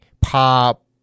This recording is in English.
pop